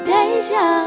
Deja